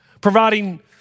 providing